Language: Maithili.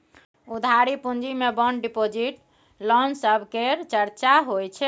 उधारी पूँजी मे बांड डिपॉजिट, लोन सब केर चर्चा होइ छै